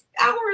hours